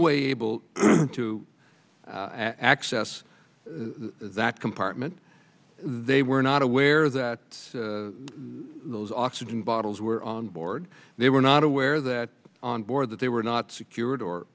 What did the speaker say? to access that compartment they were not aware that those oxygen bottles were on board they were not aware that on board that they were not secured or